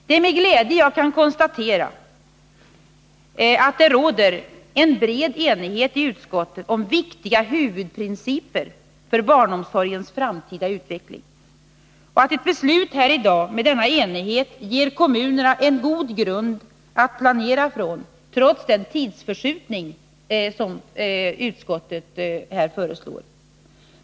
Det är med glädje jag konstaterar att det råder bred enighet i utskottet om viktiga huvudprinciper för barnomsorgens framtida utveckling och att ett beslut här i dag med denna enighet ger kommunerna en god grund att planera från, trots den tidsförskjutning som utskottet föreslår.